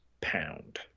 Pound